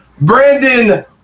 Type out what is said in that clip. Brandon